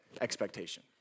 expectation